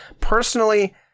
personally